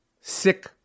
sick